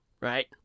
right